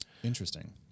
Interesting